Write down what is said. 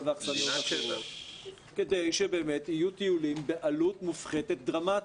ואחרות וזאת כדי שבאמת יהיו טיולים בעלות מופחתת דרמטית.